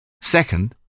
Second